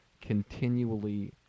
continually